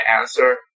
answer